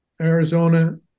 Arizona